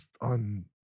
on